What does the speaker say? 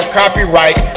copyright